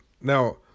Now